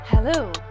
Hello